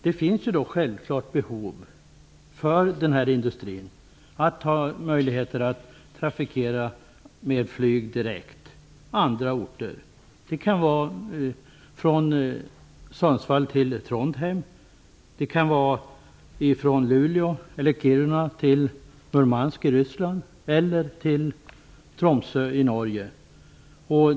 Denna industri har självklart behov av att med direkt flyg kunna trafikera andra orter. Det kan gälla resor från Sundsvall till Trondheim, från Luleå eller Norge.